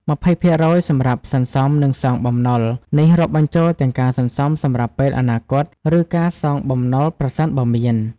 20% សម្រាប់សន្សំ និងសងបំណុល នេះរាប់បញ្ចូលទាំងការសន្សំសម្រាប់ពេលអនាគត ឬការសងបំណុល ប្រសិនបើមាន។